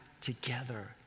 together